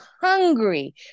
hungry